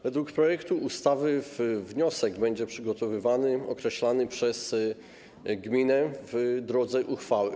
Według projektu ustawy wniosek będzie przygotowywany, określany przez gminę w drodze uchwały.